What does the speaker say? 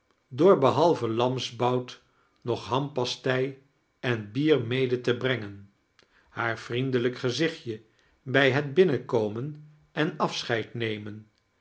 door behalve lamsbout nog hampastei en bier mede te brengen haar vriendelijk geziohtje bij het binnenkomen en afsoheid nemen